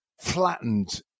flattened